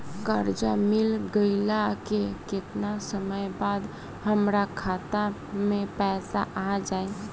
कर्जा मिल गईला के केतना समय बाद हमरा खाता मे पैसा आ जायी?